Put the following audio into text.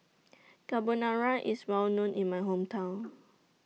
Carbonara IS Well known in My Hometown